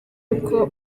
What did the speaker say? uko